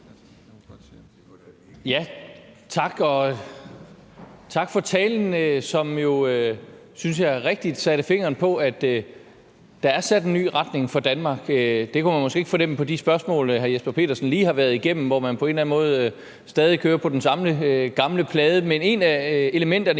tak for talen, som jo, synes jeg, rigtigt satte fingeren på, at der er sat en ny retning for Danmark. Det kunne man måske ikke fornemme på de spørgsmål, hr. Jesper Petersen lige har været igennem, hvor man på en eller anden måde stadig kører i den samme gamle rille. Men et af elementerne